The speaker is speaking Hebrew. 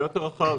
זה הרבה יותר רחב,